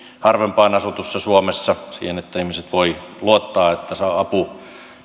harvempaan asutussa suomessa niin että ihmiset voivat luottaa että apu